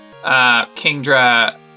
Kingdra